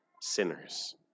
sinners